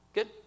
Good